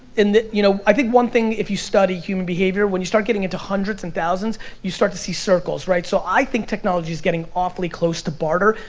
you know, i think one thing, if you study human behavior, when you start getting into hundreds and thousands, you start to see circles, right, so i think technology is getting awfully close to barter.